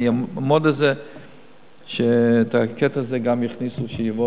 אני אעמוד על זה שהקטע הזה ייכנס כאשר העניין יבוא